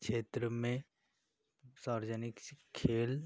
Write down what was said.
क्षेत्र में सार्वजनिक खेल